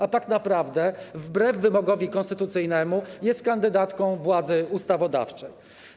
A tak naprawdę wbrew wymogowi konstytucyjnemu jest kandydatką władzy ustawodawczej.